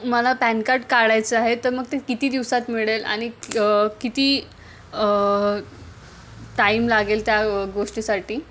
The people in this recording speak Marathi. मला पॅन कार्ड काढायचं आहे तर मग ते किती दिवसात मिळेल आणि किती टाईम लागेल त्या गोष्टीसाठी